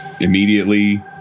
Immediately